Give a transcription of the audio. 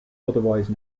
otherwise